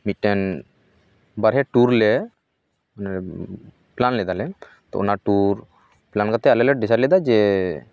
ᱢᱤᱫᱴᱮᱱ ᱵᱟᱨᱦᱮ ᱴᱩᱨ ᱞᱮ ᱯᱞᱟᱱ ᱞᱮᱫᱟ ᱞᱮ ᱛᱳ ᱚᱱᱟ ᱴᱩᱨ ᱯᱮᱞᱟᱱ ᱠᱟᱛᱮ ᱟᱞᱮ ᱞᱮ ᱰᱤᱥᱭᱤᱴ ᱞᱮᱫᱟ ᱡᱮ